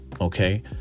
okay